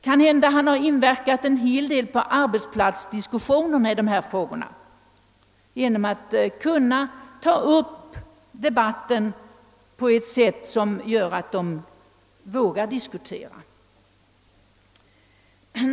Kan hända Torsten Nilsson har inverkat en hel del på arbetsplatsdiskussionerna i dessa frågor genom att kunna ta upp debatten på ett sätt som gör att människor vågar diskutera.